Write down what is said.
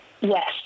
Yes